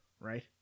Right